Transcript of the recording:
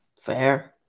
fair